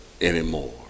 anymore